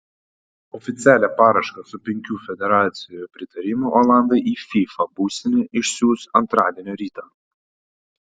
oficialią paraišką su penkių federacijų pritarimu olandai į fifa būstinę išsiųs antradienio rytą